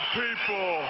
people